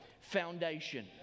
foundation